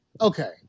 okay